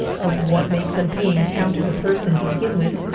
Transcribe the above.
of what makes a being count as a person to begin with,